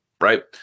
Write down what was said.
right